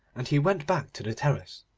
and he went back to the terrace.